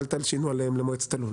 אל תלשינו עליהם למועצת הלול.